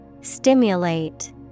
Stimulate